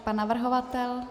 Pan navrhovatel?